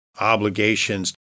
obligations